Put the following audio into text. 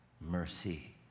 mercy